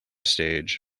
stage